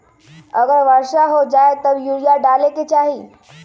अगर वर्षा हो जाए तब यूरिया डाले के चाहि?